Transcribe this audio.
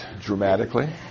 dramatically